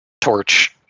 torch